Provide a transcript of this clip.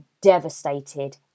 devastated